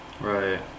Right